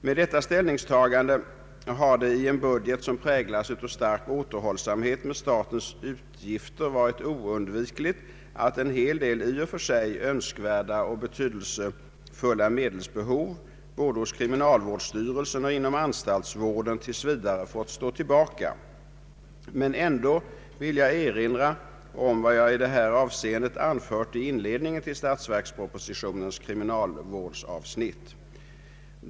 Med detta ställningstagande har det i en budget, som präglas av stark återhållsamhet med statens utgifter, varit oundvikligt att en hel del i och för sig önskvärda och betydelsefulla medelsbehov, både hos kriminalvårdsstyrelsen och inom anstaltsvården, tills vidare fått stå tillbaka. Jag vill i detta sammanhang erinra om vad jag på denna punkt anfört i inledningen till statsverkspropositionens kriminalvårdsavsnitt.